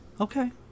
Okay